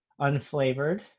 Unflavored